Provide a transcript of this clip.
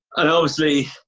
and, obviously,